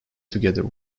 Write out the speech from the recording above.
together